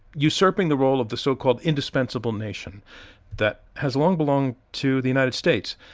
usurping the role of the so-called indispensable nation that has long belonged to the united states.